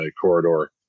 corridor